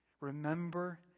Remember